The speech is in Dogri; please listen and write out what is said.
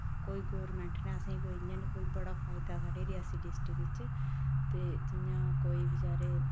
कोई गोरमैंट नै असें कोई इ'यां नेईं कोई बड़ा फायदा साढ़े रियासी डिस्ट्रिक बिच ते जि'यां कोई बचारे